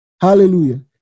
hallelujah